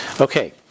Okay